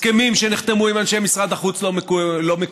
הסכמים שנחתמו עם אנשי משרד החוץ לא מקוימים.